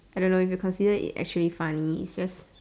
I don't know if you consider it as funny its just